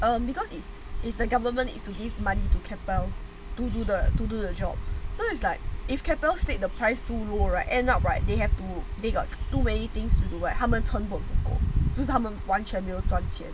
um because it's it's the government is to give money to Keppel to do to do the job so it's like if Keppel said the price too low right end up right they have to dig up to way things to do [what] 他们成本不够就是是他们完全没有赚钱